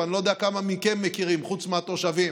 אני לא יודע כמה מכם מכירים חוץ מהתושבים,